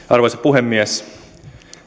arvoisa puhemies